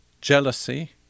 jealousy